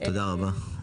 תודה רבה.